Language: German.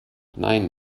nein